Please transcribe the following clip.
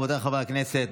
רבותיי חברי הכנסת,